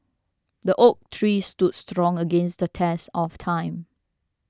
the oak tree stood strong against the test of time